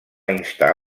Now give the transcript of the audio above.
instar